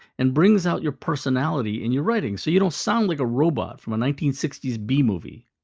and brings out your personality in your writing so you don't sound like a robot from a nineteen sixty s b-movie.